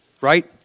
right